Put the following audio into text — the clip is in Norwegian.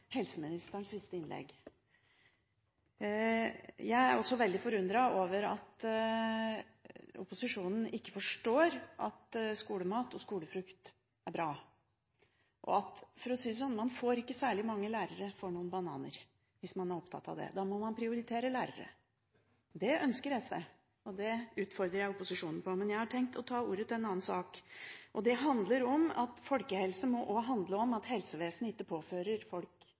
helseministerens siste innlegg. Jeg er også veldig forundret over at opposisjonen ikke forstår at skolemat og skolefrukt er bra. For å si det sånn, man får ikke særlig mange lærere for noen bananer. Hvis man er opptatt av det, må man prioritere lærere. Det ønsker SV, og det utfordrer jeg opposisjonen på. Men jeg har tenkt å ta ordet til en annen sak, og det handler om at folkehelse også må handle om at helsevesenet ikke påfører folk